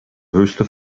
höchste